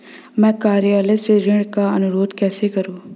मैं कार्यालय से ऋण का अनुरोध कैसे करूँ?